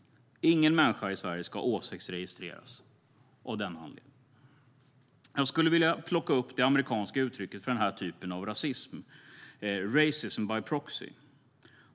Ingen människa i Sverige ska åsiktsregistreras av den anledningen. Jag skulle vilja plocka upp det amerikanska uttrycket för den här typen av rasism: racism by proxy.